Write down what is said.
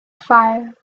fire